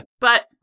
But-